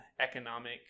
economic